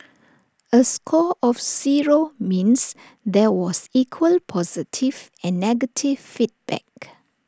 A score of zero means there was equal positive and negative feedback